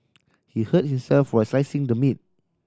he hurt himself while slicing the meat